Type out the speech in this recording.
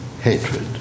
hatred